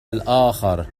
الآخر